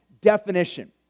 definition